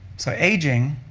so aging,